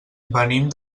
venim